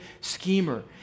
schemer